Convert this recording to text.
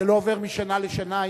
זה לא עובר משנה לשנה,